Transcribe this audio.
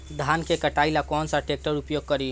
धान के कटाई ला कौन सा ट्रैक्टर के उपयोग करी?